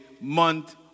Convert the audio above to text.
month